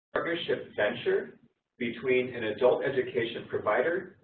partnership venture between an adult education provider,